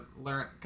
learn